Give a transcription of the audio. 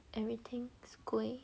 everything's 贵